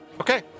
Okay